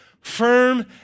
firm